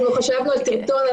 אנחנו חשבנו על סרטון.